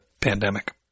pandemic